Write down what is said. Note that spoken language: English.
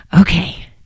Okay